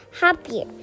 happier